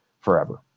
forever